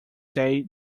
day